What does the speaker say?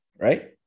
right